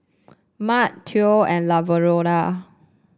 Marc Theo and Lavonda